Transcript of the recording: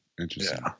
Interesting